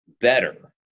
better